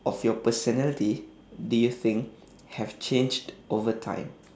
of your personality do you think have changed over time